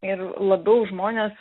ir labiau žmonės